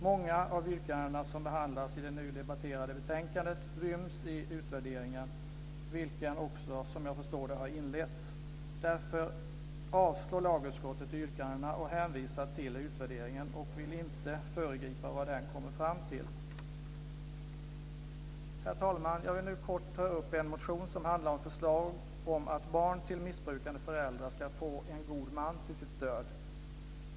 Många av de yrkanden som behandlas i det nu debatterade betänkandet ryms i utvärderingen, vilken också, som jag förstår, har inletts. Därför avstyrker lagutskottet yrkandena och hänvisar till utvärderingen och vill inte föregripa vad den kommer fram till. Herr talman! Jag vill nu kortfattat ta upp en motion som handlar om förslag om att barn till missbrukande föräldrar ska få en god man till sitt stöd.